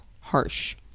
harsh